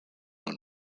and